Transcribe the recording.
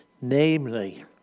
namely